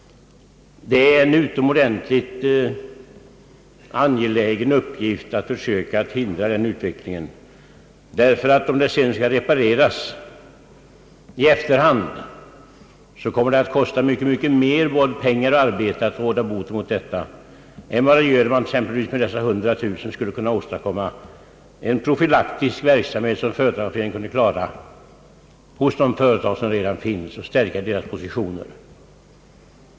Det är en utomordentligt angelägen uppgift att försöka hindra den utvecklingen, ty om det hela sedan skall repareras i efterhand kommer det att kosta mycket, mycket mer både pengar och arbete att råda bot på dessa svårigheter än vad som skulle kunna ske om exempelvis dessa 100 000 kronor beviljades — det blev alltså en profylaktisk verksamhet så att företagareföreningen skulle kunna bevara de företag som redan finns och stärka deras positioner.